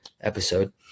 episode